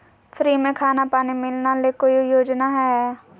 Free में खाना पानी मिलना ले कोइ योजना हय?